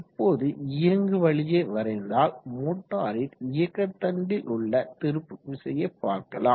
இப்போது இயங்கு வழியை வரைந்தால் மோட்டாரின் இயக்கதண்டில் உள்ள திருப்பு விசையை பார்க்கலாம்